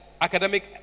academic